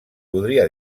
podria